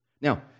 Now